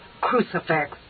crucifix